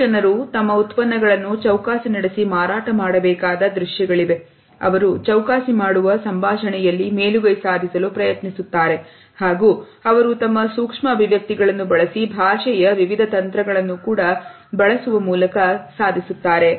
ಮೂರು ಜನರು ತಮ್ಮ ಉತ್ಪನ್ನಗಳನ್ನು ಚೌಕಾಸಿ ನಡೆಸಿ ಮಾರಾಟ ಮಾಡಬೇಕಾದ ದೃಶ್ಯಗಳಿವೆ ಅವರು ಚೌಕಾಸಿ ಮಾಡುವ ಸಂಭಾಷಣೆಯಲ್ಲಿ ಮೇಲುಗೈ ಸಾಧಿಸಲು ಪ್ರಯತ್ನಿಸುತ್ತಾರೆ ಹಾಗೂ ಅವರು ತಮ್ಮ ಸೂಕ್ಷ್ಮ ಅಭಿವ್ಯಕ್ತಿಗಳನ್ನು ಬಳಸಿ ಭಾಷೆಯ ವಿವಿಧ ತಂತ್ರಗಳನ್ನು ಕೂಡ ಬಳಸುವ ಮೂಲಕ ಸಾಧಿಸುತ್ತಾರೆ